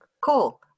Cool